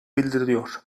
bildiriliyor